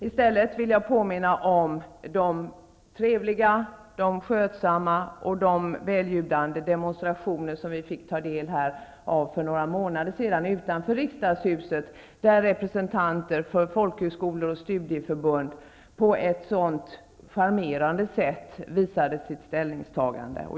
I stället vill jag påminna om de trevliga, skötsamma och välljudande demonstrationer som vi fick ta del av för några månader sedan utanför riksdaghuset. Representanter för folkhögskolor och studieförbund visade på ett charmerande sätt sitt ställningstagande.